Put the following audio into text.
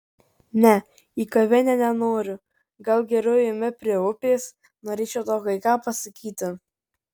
ne į kavinę nenoriu gal geriau eime prie upės norėčiau tau kai ką pasakyti